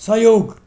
सहयोग